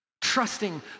Trusting